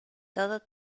todo